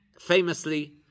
famously